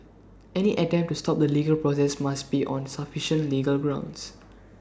any attempt to stop the legal process must be on sufficient legal grounds